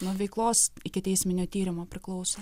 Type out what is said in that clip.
nuo veiklos ikiteisminio tyrimo priklauso